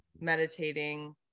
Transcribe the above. meditating